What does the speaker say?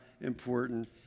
important